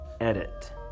edit